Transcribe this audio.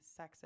sexist